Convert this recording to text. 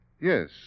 Yes